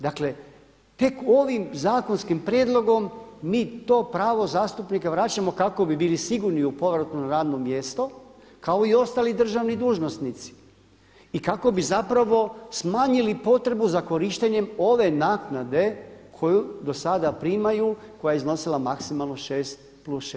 Dakle tek ovim zakonskim prijedlogom mi to pravo zastupnika vraćamo kako bi bili sigurni u povratku na radno mjesto kao i ostali državni dužnosnici i kako bi smanjili potrebu za korištenjem ove naknade koju do sada primaju koja je iznosila maksimalno šest plus šest.